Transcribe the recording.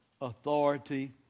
authority